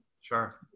Sure